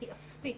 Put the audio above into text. היא אפסית.